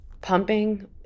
pumping